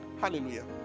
Hallelujah